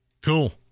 Cool